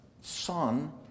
son